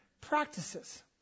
practices